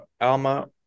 Alma